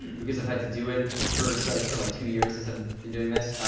because i've had to do it for, so it's been like two years since i've been doing this.